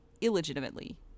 illegitimately